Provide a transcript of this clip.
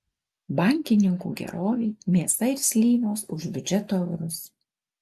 bankininkų gerovei mėsa ir slyvos už biudžeto eurus